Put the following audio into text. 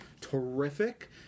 terrific